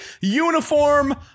uniform